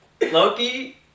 Loki